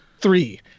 three